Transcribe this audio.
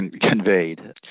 conveyed